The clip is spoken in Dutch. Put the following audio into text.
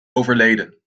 overleden